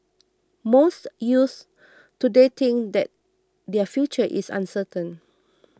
most youths today think that their future is uncertain